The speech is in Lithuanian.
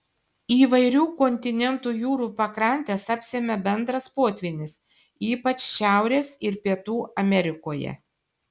įvairių kontinentų jūrų pakrantes apsemia bendras potvynis ypač šiaurės ir pietų amerikoje